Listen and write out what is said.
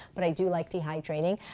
but i do like dehydrating.